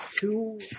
two